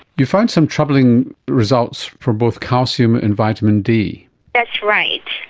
you found some troubling results for both calcium and vitamin d. that's right.